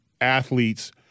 athletes